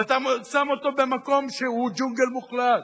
ואתה שם אותו במקום שהוא ג'ונגל מוחלט,